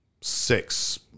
six